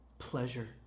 pleasure